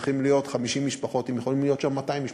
צריכות להיות 50 משפחות אם יכולות להיות שם 200 משפחות?